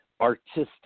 artistic